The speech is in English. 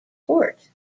fort